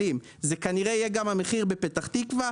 זה כנראה יהיה גם המחיר בפתח תקווה,